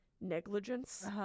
negligence